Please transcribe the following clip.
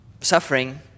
suffering